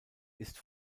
ist